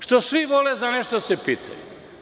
Što svi vole za nešto da se pitaju.